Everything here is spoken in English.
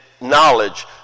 knowledge